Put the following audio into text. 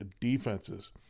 defenses